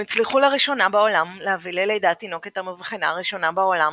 הם הצליחו לראשונה בעולם להביא ללידת תינוקת המבחנה הראשונה בעולם,